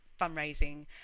fundraising